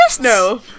No